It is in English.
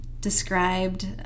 described